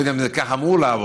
לא יודע אם זה ככה אמור לעבוד,